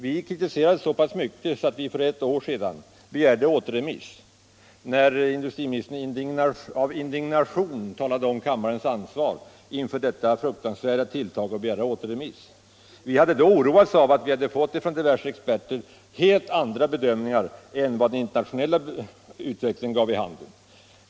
Vi kritiserade så pass mycket att vi för ett år sedan begärde återremiss, och inför detta fruktansvärda tilltag talade industriministern i indignation om kammarens ansvar. Vi hade då oroats av att vi från diverse experter hade fått helt andra bedömningar än dem man kunde göra med utgångspunkt i den internationella utvecklingen.